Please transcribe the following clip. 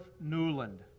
Newland